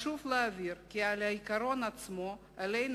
חשוב להבהיר כי על העיקרון עצמו עלינו